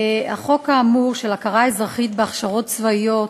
החוק האמור, של הכרה אזרחית בהכשרות צבאיות,